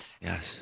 Yes